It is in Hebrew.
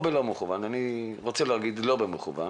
אני רוצה להגיד, לא במכוון,